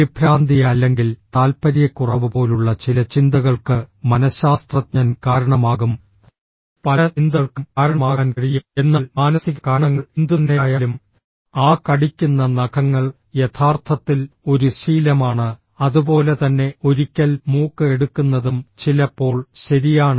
പരിഭ്രാന്തി അല്ലെങ്കിൽ താൽപ്പര്യക്കുറവ് പോലുള്ള ചില ചിന്തകൾക്ക് മനഃശാസ്ത്രജ്ഞൻ കാരണമാകും പല ചിന്തകൾക്കും കാരണമാകാൻ കഴിയും എന്നാൽ മാനസിക കാരണങ്ങൾ എന്തുതന്നെയായാലും ആ കടിക്കുന്ന നഖങ്ങൾ യഥാർത്ഥത്തിൽ ഒരു ശീലമാണ് അതുപോലെ തന്നെ ഒരിക്കൽ മൂക്ക് എടുക്കുന്നതും ചിലപ്പോൾ ശരിയാണ്